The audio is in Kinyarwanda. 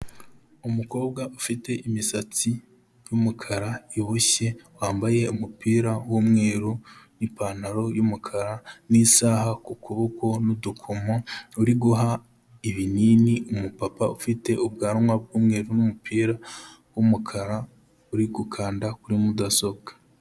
Umukobwa ufite imisatsi y'umukara iboshye, wambaye umupira w'umweru n'ipantaro y'umukara n'isaha ku kuboko n'udukomo uri guha ibinini umupapa ufite ubwanwa bw'umweru n'umupira w'umukara uri gukanda kuri mudasobwa.